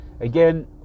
Again